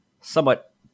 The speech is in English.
somewhat